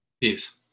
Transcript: Peace